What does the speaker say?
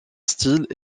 style